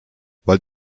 wollt